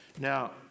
Now